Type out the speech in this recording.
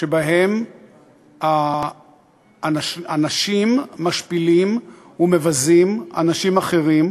שבהם אנשים משפילים ומבזים אנשים אחרים,